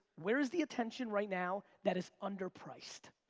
where is the attention right now that is under priced,